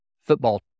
football